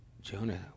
Jonah